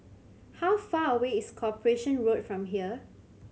how far away is Corporation Road from here